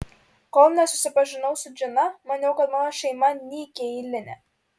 kol nesusipažinau su džina maniau kad mano šeima nykiai eilinė